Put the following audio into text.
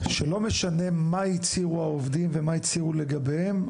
שלא משנה מה הצהירו העובדים ומה הצהירו לגביהם,